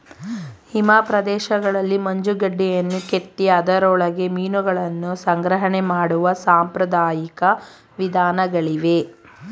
ಹಿಮ ಪ್ರದೇಶಗಳಲ್ಲಿ ಮಂಜುಗಡ್ಡೆಯನ್ನು ಕೆತ್ತಿ ಅದರೊಳಗೆ ಮೀನುಗಳನ್ನು ಸಂಗ್ರಹಣೆ ಮಾಡುವ ಸಾಂಪ್ರದಾಯಿಕ ವಿಧಾನಗಳಿವೆ